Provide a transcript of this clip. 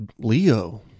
Leo